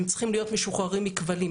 הם צריכים להיות משוחררים מכבלים.